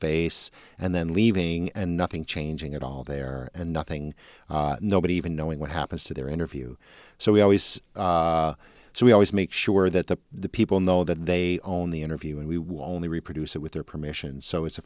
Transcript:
face and then leaving and nothing changing at all there and nothing nobody even knowing what happens to their interview so we always so we always make sure that the people know that they own the interview and we won't reproduce it with their permission so it's a